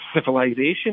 civilization